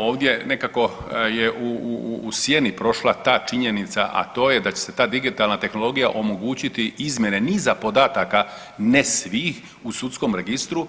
Ovdje nekako je u sjeni prošla ta činjenica, a to je da će se ta digitalna tehnologija omogućiti izmjene niza podataka, ne svih u sudskom registru